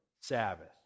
Sabbath